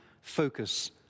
focus